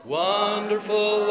wonderful